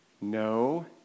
no